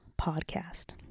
podcast